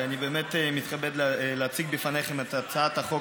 ואני באמת מתכבד להציג בפניכם את הצעת חוק